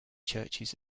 churches